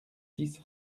six